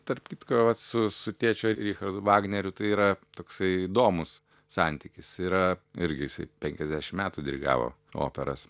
tarp kitko vat su su tėčiu ir richardu vagneriu tai yra toksai įdomus santykis yra irgi jisai penkiasdešim metų dirigavo operas